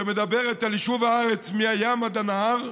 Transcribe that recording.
שמדברת על יישוב הארץ מהים עד הנהר,